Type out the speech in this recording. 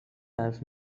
حرف